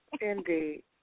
Indeed